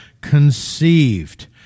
conceived